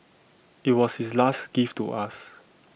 IT was his last gift to us